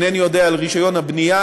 אינני יודע על רישיון הבנייה.